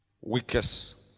weakest